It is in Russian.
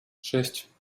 шесть